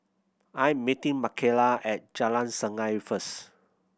I am meeting Mckayla at Jalan Sungei first